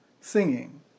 singing